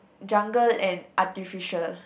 jungle and artificial